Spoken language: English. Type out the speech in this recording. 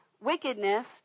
wickedness